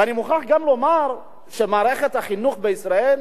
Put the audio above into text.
ואני מוכרח גם לומר שמערכת החינוך בישראל